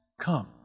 come